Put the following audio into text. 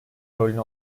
rolünü